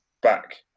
back